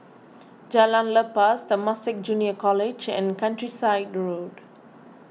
Jalan Lepas Temasek Junior College and Countryside Road